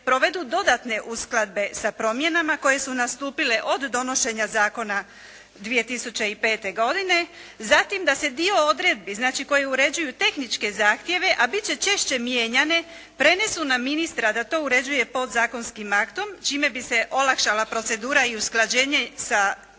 provedbu dodatne uskladbe sa promjenama koje su nastupile od donošenja zakona 2005. godine. Zatim, da se dio odredbi, znači koje uređuju tehničke zahtjeve, a bit će češće mijenjanje prenesu na ministra da to uređuje podzakonskim aktom čime bi se olakšala procedura i usklađenje sa EU